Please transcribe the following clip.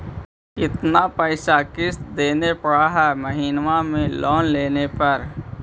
कितना पैसा किस्त देने पड़ है महीना में लोन लेने पर?